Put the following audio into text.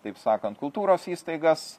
taip sakant kultūros įstaigas